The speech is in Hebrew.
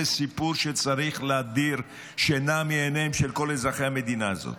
זה סיפור שצריך להדיר שינה מעיניהם של כל אזרחי המדינה הזאת.